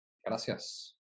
Gracias